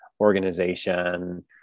organization